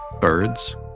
Birds